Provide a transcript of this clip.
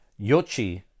yochi